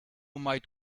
might